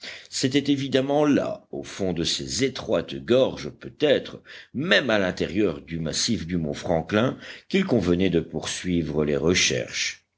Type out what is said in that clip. c'était évidemment là au fond de ces étroites gorges peut-être même à l'intérieur du massif du mont franklin qu'il convenait de poursuivre les recherches